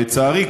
ושלצערי,